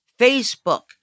Facebook